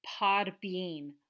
Podbean